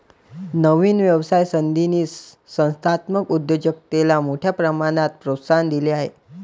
नवीन व्यवसाय संधींनी संस्थात्मक उद्योजकतेला मोठ्या प्रमाणात प्रोत्साहन दिले आहे